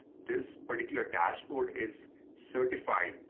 this particular dashboard is certified,